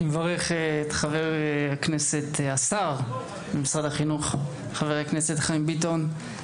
אני מברך את השר במשרד החינוך חבר הכנסת חיים ביטון.